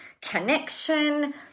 connection